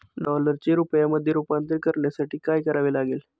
डॉलरचे रुपयामध्ये रूपांतर करण्यासाठी काय करावे लागेल?